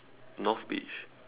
North bridge